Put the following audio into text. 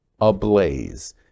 ablaze